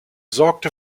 sorgte